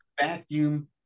vacuum